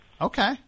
Okay